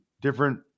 different